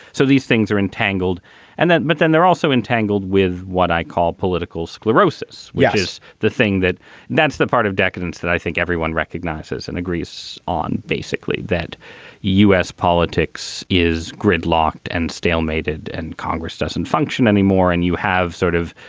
so these things are entangled and then but then they're also entangled with what i call political sclerosis, which is the thing that that's the part of decadence that i think everyone recognizes and agrees on basically that u s. politics is gridlocked and stalemated and congress doesn't function anymore. and you have sort of,